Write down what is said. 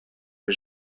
que